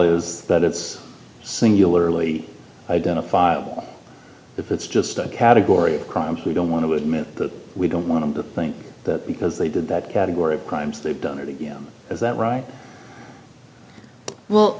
is that it's singularly identifiable if it's just a category of crimes we don't want to admit that we don't want to think that because they did that category of crimes they've done it again is that right well